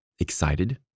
Excited